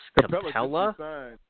Capella